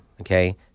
okay